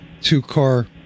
two-car